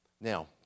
Now